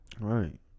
Right